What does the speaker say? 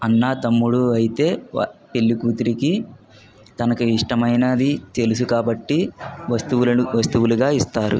అన్నా తమ్ముడు అయితే పెళ్ళికూతురికి తనకి ఇష్టమైనది తెలుసు కాబట్టి వస్తువులను వస్తువులుగా ఇస్తారు